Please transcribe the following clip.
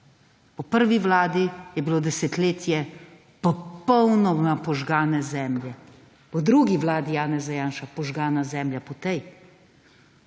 Po prvi vladi je bilo desetletje popolnoma požgane zemlje. Po drugi vladi Janeza Janše požgana zemlja. Po tej